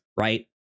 Right